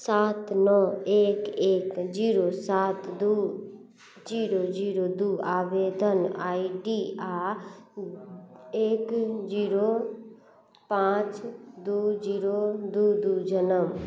सात नओ एक एक जीरो सात दुइ जीरो दुइ आठ आवेदन आइ डी आओर एक जीरो पाँच दुइ जीरो दुइ दुइ जनम